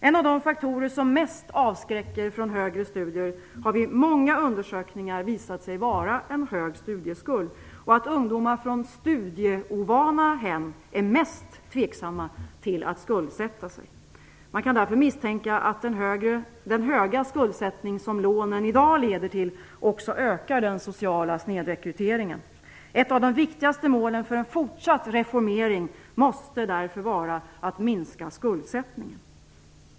En av de faktorer som mest avskräcker från högre studier har vid många undersökningar visat sig vara en hög studieskuld och att ungdomar från studieovana hem är mest tveksamma till att skuldsätta sig. Man kan därför misstänka att den höga skuldsättning som lånen i dag leder till också ökar den sociala snedrekryteringen. Ett av de viktigaste målen för en fortsatt reformering måste därför vara att minska skuldsättningen.